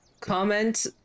comment